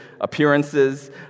appearances